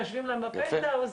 הם יושבים להם בפנטהאוז,